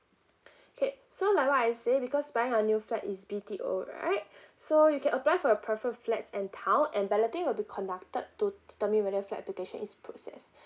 okay so like what I say because buying a new flat is B_T_O right so you can apply for a preference flat and town and balloting will be conducted to determine whether flat application is processed